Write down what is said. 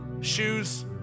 shoes